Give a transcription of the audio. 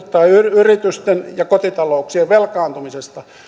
yritysten ja kotitalouksien velkaantumisesta